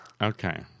Okay